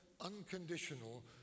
unconditional